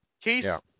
case